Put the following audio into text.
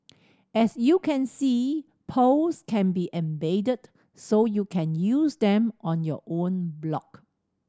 as you can see polls can be embedded so you can use them on your own blog